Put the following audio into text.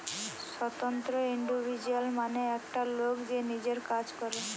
স্বতন্ত্র ইন্ডিভিজুয়াল মানে একটা লোক যে নিজের কাজ করে